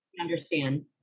understand